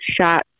shot